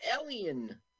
alien